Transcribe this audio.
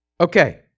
Okay